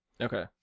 okay